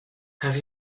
have